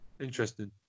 Interesting